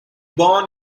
born